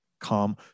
come